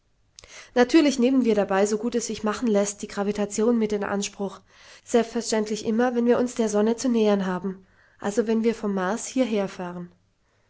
natürlich nehmen wir dabei so gut es sich machen läßt die gravitation mit in anspruch selbstverständlich immer wenn wir uns der sonne zu nähern haben also wenn wir vom mars hierherfahren